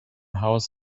haus